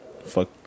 fuck